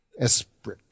Esprit